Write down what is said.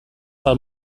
pel